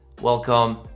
welcome